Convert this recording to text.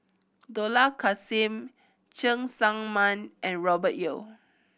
Dollah Kassim Cheng Tsang Man and Robert Yeo